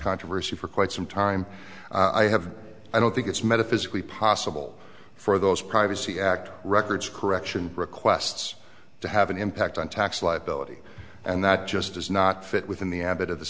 controversy for quite some time i have i don't think it's metaphysically possible for those privacy act records correction requests to have an impact on tax liability and that just does not fit within the ambit of the